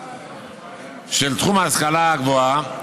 באסדרתו של תחום ההשכלה הגבוהה,